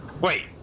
Wait